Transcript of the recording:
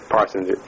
Parsons